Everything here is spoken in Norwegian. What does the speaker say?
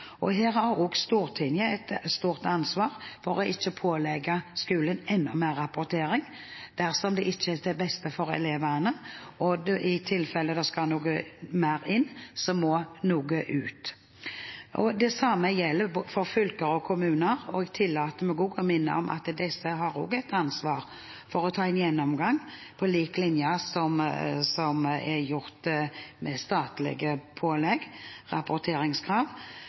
fortsette. Her har også Stortinget et stort ansvar for ikke å pålegge skolen enda mer rapportering dersom det ikke er til beste for elevene – og i tilfelle det skal noe mer inn, må noe ut. Det samme gjelder for fylker og kommuner, og jeg tillater meg å minne om at disse også har et ansvar for å ta en gjennomgang. På lik linje med det som er gjort med statlige pålegg og rapporteringskrav,